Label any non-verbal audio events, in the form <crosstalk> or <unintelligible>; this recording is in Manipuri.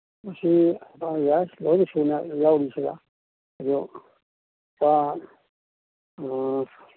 ꯃꯁꯤ ꯌꯥꯏ ꯂꯣꯏꯅ ꯁꯨꯅ ꯌꯥꯎꯔꯤ ꯁꯤꯗ ꯑꯗꯣ <unintelligible>